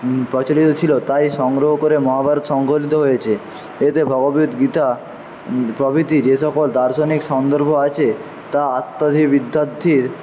প্রচলিত ছিলো তাই সংগ্রহ করে মহাভারত সংকলিত হয়েছে এতে ভগবত গীতা প্রভৃতি যে সকল দার্শনিক সন্দর্ভ আছে তা আত্মধী বিদ্যার্থীর